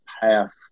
path